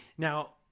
Now